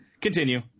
Continue